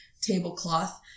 tablecloth